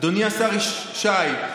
אדוני השר שי,